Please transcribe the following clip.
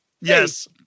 Yes